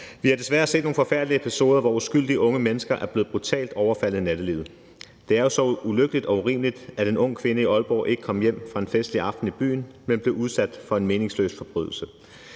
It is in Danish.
Vi har desværre set nogle forfærdelige episoder, hvor uskyldige unge mennesker er blevet brutalt overfaldet i nattelivet. Det er så ulykkeligt og urimeligt, at en ung kvinde i Aalborg ikke kom hjem fra en festlig aften i byen, men blev udsat for en meningsløs forbrydelse.